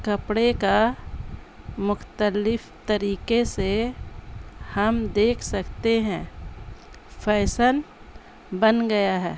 کپڑے کا مختلف طریقے سے ہم دیکھ سکتے ہیں فیشن بن گیا ہے